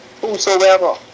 Whosoever